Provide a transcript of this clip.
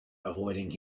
avoiding